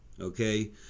okay